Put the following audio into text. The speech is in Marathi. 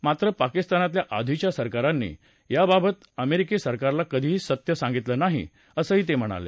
मात्र पाकिस्तानातल्या आधीच्या सरकारांनी याबाबतीत अमेरिकी सरकारला कधीही सत्य सांगितलं नाही असं ते म्हणाले